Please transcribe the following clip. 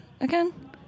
again